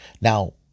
Now